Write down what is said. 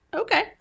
Okay